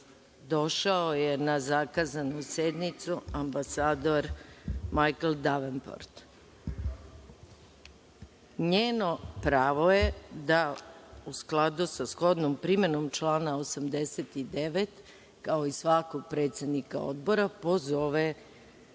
došao je na zakazanu sednicu ambasador Majkl Devenport. NJeno pravo je da u skladu sa shodnom primenom člana 89, kao i svakog predsednika odbora, pozove